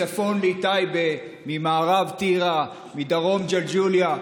מצפון לי טייבה, ממערב, טירה, מדרום, ג'לג'וליה.